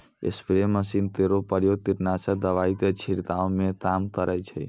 spray machine केरो प्रयोग कीटनाशक दवाई क छिड़कावै म काम करै छै